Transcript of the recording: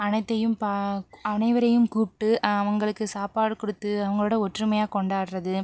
அனைத்தையும் அனைவரையும் கூப்பிட்டு அவங்களுக்கு சாப்பாடு கொடுத்து அவர்களோட ஒற்றுமையாக கொண்டாடுறது